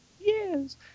Yes